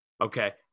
Okay